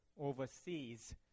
overseas